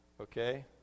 okay